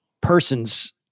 person's